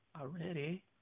Already